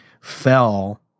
fell